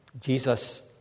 Jesus